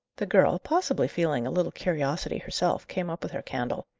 the girl, possibly feeling a little curiosity herself, came up with her candle.